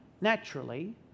naturally